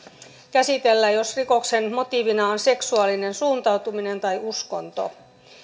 käsitellä jos rikoksen motiivina on seksuaalinen suuntautuminen tai uskonto